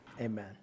Amen